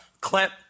clip